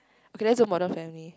okay let's put modern family